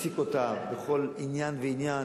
פסיקותיו בכל עניין ועניין,